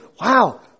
Wow